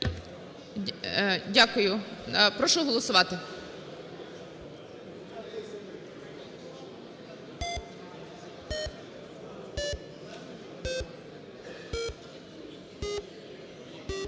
Дякую. Прошу голосувати.